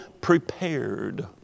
prepared